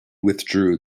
withdrew